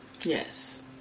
yes